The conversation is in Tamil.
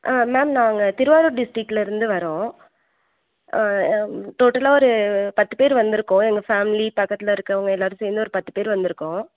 ஆ மேம் நாங்கள் திருவாரூர் டிஸ்ட்டிரிக்கில் இருந்து வர்றோம் டோட்டலாக ஒரு பத்து பேர் வந்திருக்கோம் எங்கள் ஃபேமிலி பக்கத்தில் இருக்கவங்க எல்லோரும் சேர்ந்து ஒரு பத்து பேர் வந்திருக்கோம்